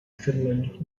finland